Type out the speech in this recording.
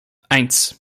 eins